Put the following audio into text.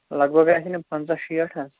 لَگ بَگ آسیٚن یِم پنٛژاہ شیٚٹھ حظ